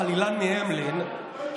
החלילן מהמלין,